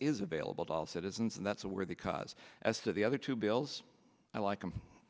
is available to all citizens and that's a worry because as to the other two bills i like